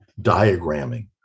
diagramming